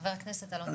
חבר הכנסת אלון טל.